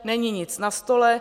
Není nic na stole.